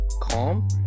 calm